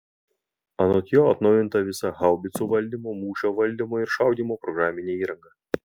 anot jo atnaujinta visa haubicų valdymo mūšio valdymo ir šaudymo programinė įranga